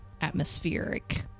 atmospheric